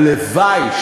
הלוואי,